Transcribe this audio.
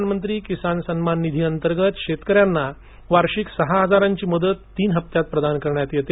प्रधानमंत्री किसान सम्मान निधी अंतर्गत शेतकऱ्यांना वार्षिक सहा हजारांची मदत तीन हप्त्यात प्रदान करण्यात येते